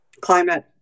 climate